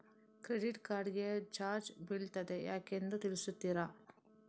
Credit card ಗೆ charge ಬೀಳ್ತಿದೆ ಯಾಕೆಂದು ತಿಳಿಸುತ್ತೀರಾ?